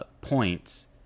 points